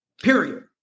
Period